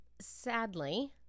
sadly